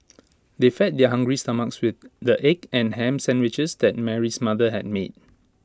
they fed their hungry stomachs with the egg and Ham Sandwiches that Mary's mother had made